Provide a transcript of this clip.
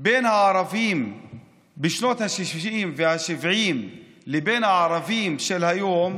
בין הערבים בשנות השישים והשבעים לבין הערבים של היום,